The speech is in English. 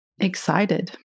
excited